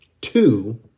two